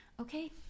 Okay